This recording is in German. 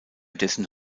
dessen